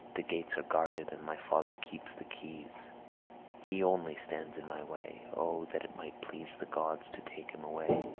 the gates are guarded, and my father keeps the keys he only stands in my way. o that it might please the gods to take him away!